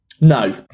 No